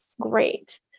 great